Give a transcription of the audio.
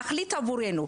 להחליט עבורנו,